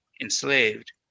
enslaved